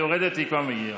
היא יורדת וכבר מגיעה.